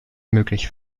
möglich